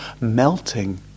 melting